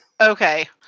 Okay